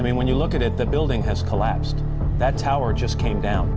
i mean when you look at it the building has collapsed that tower just came down